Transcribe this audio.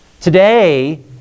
Today